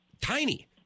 tiny